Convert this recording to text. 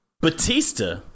Batista